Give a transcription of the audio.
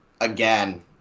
Again